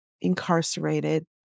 incarcerated